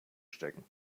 stecken